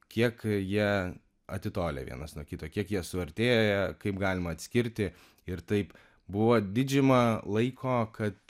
kiek jie atitolę vienas nuo kito kiek jie suartėję kaip galima atskirti ir taip buvo didžiumą laiko kad